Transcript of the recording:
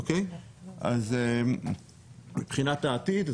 אז מבחינת העתיד,